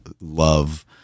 love